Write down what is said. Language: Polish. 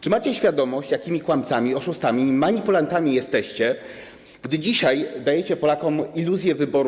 Czy macie świadomość, jakimi kłamcami, oszustami i manipulantami jesteście, gdy dzisiaj dajecie Polakom iluzję wyboru?